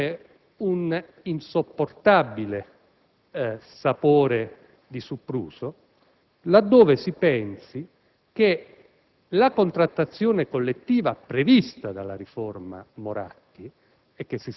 assume un insopportabile sapore di sopruso laddove si pensi che la contrattazione collettiva prevista dalla cosiddetta